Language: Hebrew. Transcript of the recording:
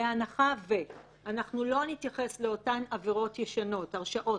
בהנחה שלא נתייחס לאותן הרשעות